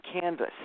Canvas